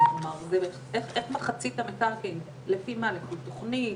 אחרי שתראו את ההצעה --- לגבי הסעיף הזה אני שלחתי אותם להידברות.